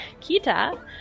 Kita